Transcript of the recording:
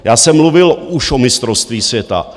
Já jsem mluvil už o mistrovství světa.